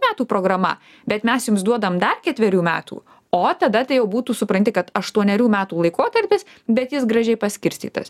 metų programa bet mes jums duodam dar ketverių metų o tada tai jau būtų supranti kad aštuonerių metų laikotarpis bet jis gražiai paskirstytas